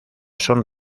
son